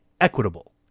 equitable